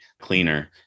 cleaner